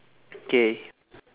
okay